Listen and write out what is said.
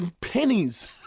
Pennies